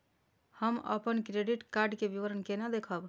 हम अपन credit card के विवरण केना देखब?